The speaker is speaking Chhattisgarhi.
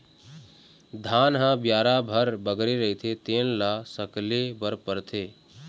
धान ह बियारा भर बगरे रहिथे तेन ल सकेले बर परथे